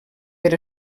per